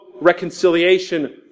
reconciliation